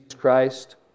Christ